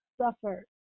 suffered